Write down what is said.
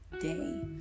day